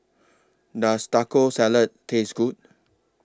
Does Taco Salad Taste Good